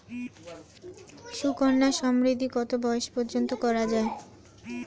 সুকন্যা সমৃদ্ধী কত বয়স পর্যন্ত করা যায়?